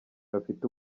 bafite